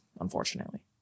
unfortunately